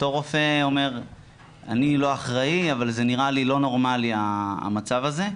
אותו רופא אומר 'אני לא אחראי אבל זה נראה לי לא נורמלי המצב הזה',